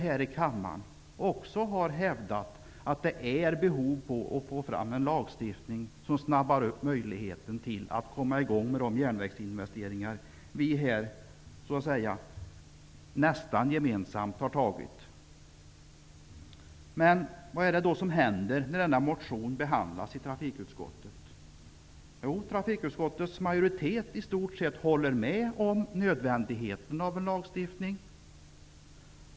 här i kammaren också har hävdat att det finns behov av en lagstiftning som snabbar upp möjligheten att komma i gång med de järnvägsinvesteringar som vi här nästan gemensamt, så att säga, har antagit. Vad är det då som händer när denna motion behandlas i trafikutskottet? Jo, trafikutskottets majoritet instämmer i stort sett i nödvändigheten av en lagstiftning.